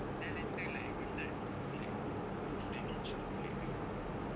then later like they will start to do like roof damage to like the